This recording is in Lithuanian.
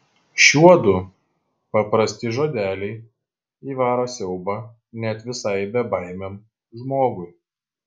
šiuodu paprasti žodeliai įvaro siaubą net visai bebaimiam žmogui